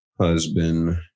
husband